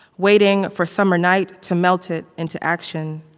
waiting for summer night to melt it into action,